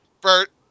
Bert